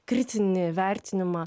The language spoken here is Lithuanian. kritinį vertinimą